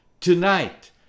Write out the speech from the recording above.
tonight